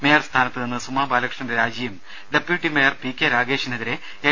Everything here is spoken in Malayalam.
മേയർ സ്ഥാനത്ത് നിന്ന് സുമാ ബാലകൃഷ്ണന്റെ രാജിയും ഡപ്യൂട്ടി മേയർ പി കെ രാഗേഷിനെതിരെ എൽ